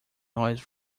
noise